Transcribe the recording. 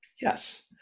yes